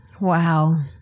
Wow